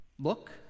Look